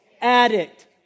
Addict